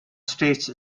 stage